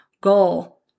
goal